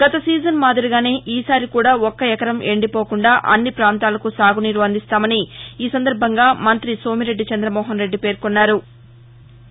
గత సీజన్ మాదిరిగానే ఈసారి కూడా ఒక్క ఎకరం ఎండిపోకుండా అన్ని ప్రాంతాలకు సాగునీరు అందిస్తామని ఈ సందర్భంగా మంతి సోమిరెడ్డి చంద్రమోహన్ రెడ్డి పేర్కొన్నారు